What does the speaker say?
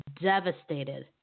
devastated